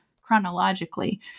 chronologically